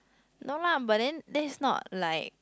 no lah but then that's not like